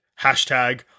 Hashtag